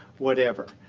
whatever,